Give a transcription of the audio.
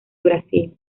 brasil